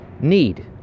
need